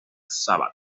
sabbath